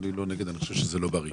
אני לא נגד אבל אני חושב שזה לא בריא,